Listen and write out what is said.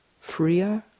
Freer